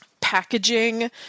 packaging